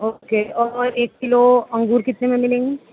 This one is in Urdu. اوکے اور ایک کلو انگور کتنے میں ملیں گے